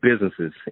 businesses